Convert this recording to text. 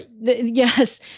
Yes